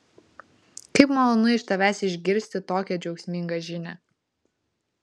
kaip malonu iš tavęs išgirsti tokią džiaugsmingą žinią